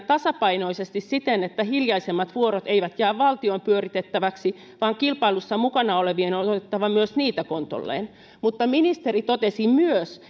tasapainoisesti siten että hiljaisemmat vuorot eivät jää valtion pyöritettäviksi vaan kilpailussa mukana olevien on otettava myös niitä kontolleen mutta ministeri totesi myös